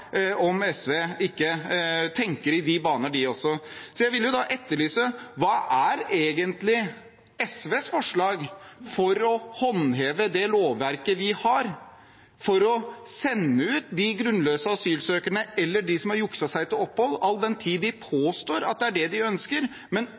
om ikke også SV tenker i de baner. Så jeg vil etterlyse hva som egentlig er SVs forslag til å håndheve det lovverket vi har for å sende ut de grunnløse asylsøkerne eller de som har jukset seg til opphold, all den tid de